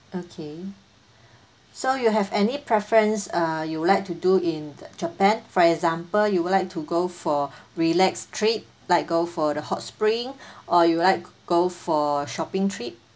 okay so you have any preference uh you would like to do in japan for example you would like to go for relaxed trip like go for the hot spring or you like go for shopping trip